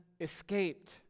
escaped